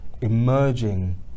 emerging